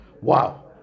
wow